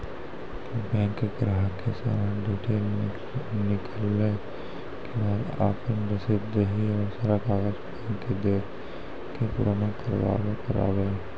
Bank ग्राहक के सारा डीटेल निकालैला के बाद आपन रसीद देहि और सारा कागज बैंक के दे के पुराना करावे?